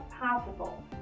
possible